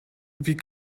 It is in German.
wie